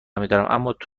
میدارم، اماتو